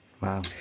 Wow